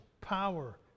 power